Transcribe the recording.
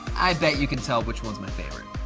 i bet you can tell which one's my favorite.